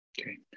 Okay